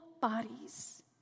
bodies